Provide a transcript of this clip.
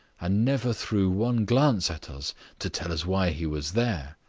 and never threw one glance at us to tell us why he was there,